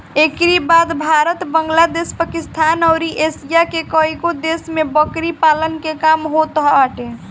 एकरी बाद भारत, बांग्लादेश, पाकिस्तान अउरी एशिया के कईगो देश में बकरी पालन के काम होताटे